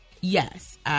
yes